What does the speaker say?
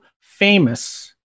famous